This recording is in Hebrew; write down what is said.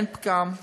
אין פגם,